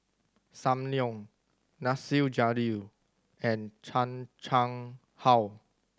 Sam Leong Nasir Jalil and Chan Chang How